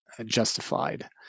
justified